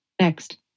Next